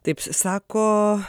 taip sako